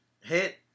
hit